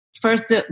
first